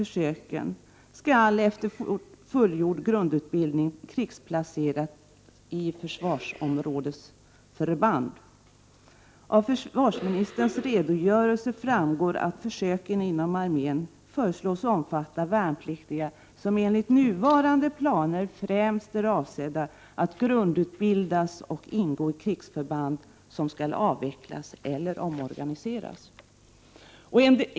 1988/89:121 i försöken skall krigsplaceras i försvarsområdesförband efter fullgjord 25 maj 1989 grundutbildning. Av försvarsministerns redogörelse framgår att försöken inom armén föreslås omfatta värnpliktiga som man enligt nuvarande planer EE anslag främst avser att grundutbilda för placering i krigsförband som skall avvecklas för E MRilgära förs svaret, m.m. eller omorganiseras.